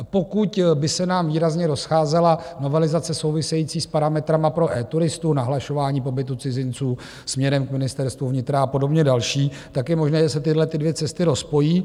Pokud by se nám výrazně rozcházela novelizace související s parametry pro eTuristu, nahlašování pobytu cizinců směrem k Ministerstvu vnitra a podobně další, tak je možné, že se tyhlety dvě cesty rozpojí.